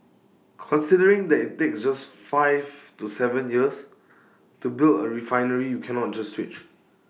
considering that IT takes five to Seven years to build A refinery you cannot just switch